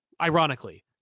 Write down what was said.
ironically